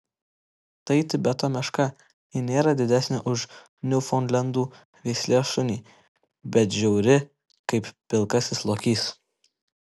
tai tibeto meška ji nėra didesnė už niūfaundlendų veislės šunį bet žiauri kaip pilkasis lokys